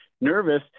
nervous